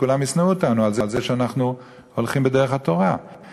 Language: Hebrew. שכולם ישנאו אותנו על זה שאנחנו הולכים בדרך התורה.